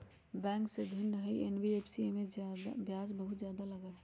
Bank से भिन्न हई एन.बी.एफ.सी इमे ब्याज बहुत ज्यादा लगहई?